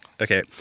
Okay